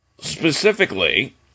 Specifically